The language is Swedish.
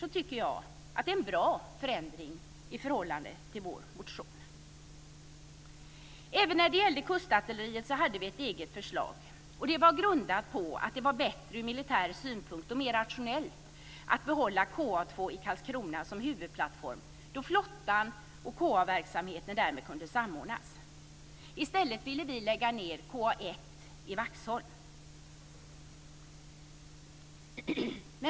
Då tycker jag att det är en bra förändring i förhållande till vår motion. Även när det gällde kustartilleriet hade vi ett eget förslag, och det var grundat på att det var bättre ur militär synpunkt, och mer rationellt, att behålla KA 2 verksamheten därmed kunde samordnas. I stället ville vi lägga ned KA 1 i Vaxholm.